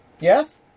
yes